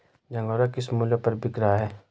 झंगोरा किस मूल्य पर बिक रहा है?